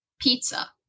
pizza